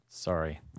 Sorry